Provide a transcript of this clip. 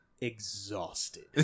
exhausted